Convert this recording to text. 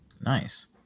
Nice